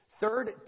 third